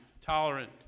tolerant